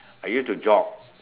I used to jog